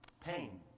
pain